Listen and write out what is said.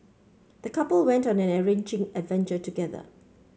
the couple went on an enriching adventure together